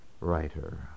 Writer